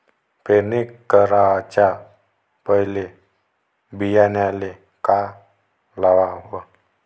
पेरणी कराच्या पयले बियान्याले का लावाव?